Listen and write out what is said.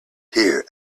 here